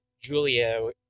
Julio